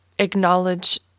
acknowledge